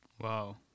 Wow